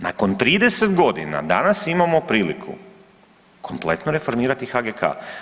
Nakon 30 godina danas imamo priliku kompletno reformirati HGK.